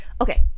okay